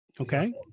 Okay